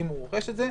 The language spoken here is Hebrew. אם הוא רוכש את זה,